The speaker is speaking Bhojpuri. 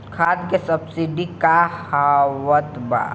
खाद के सबसिडी क हा आवत बा?